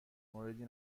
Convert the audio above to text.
موردی